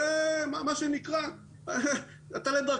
ואז לך לדרכך.